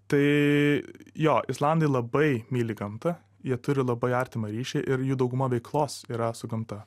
tai jo islandai labai myli gamtą jie turi labai artimą ryšį ir jų dauguma veiklos yra su gamta